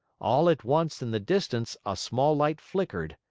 all at once in the distance a small light flickered.